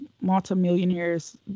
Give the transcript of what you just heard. multimillionaires